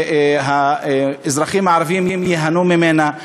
והאזרחים הערבים ייהנו ממנה.